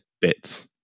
bits